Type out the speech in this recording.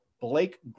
Blake